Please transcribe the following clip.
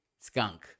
Skunk